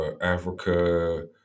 Africa